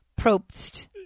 Probst